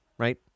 Right